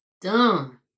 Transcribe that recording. dumb